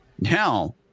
now